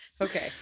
okay